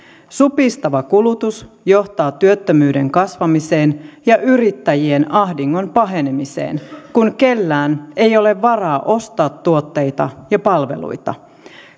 supistava kulutus johtaa työttömyyden kasvamiseen ja yrittäjien ahdingon pahenemiseen kun kellään ei ole varaa ostaa tuotteita ja palveluita